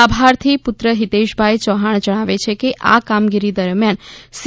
લાભાર્થીના પુત્ર હિતેશભાઇ ચૌહાણ જણાવે છે કે આ કામગીરી દરમ્યાન સી